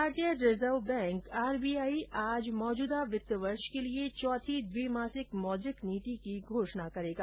भारतीय reserve bank आज मौजूदा वित्त वर्ष के लिए चौथी द्विमासिक मौद्रिक नीति की घोषणा करेगा